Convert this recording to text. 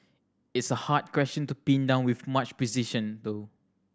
it's a hard question to pin down with much precision though